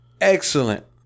excellent